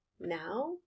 now